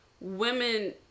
women